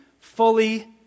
fully